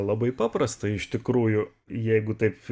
labai paprasta iš tikrųjų jeigu taip